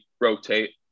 rotate